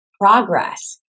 progress